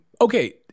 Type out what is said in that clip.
Okay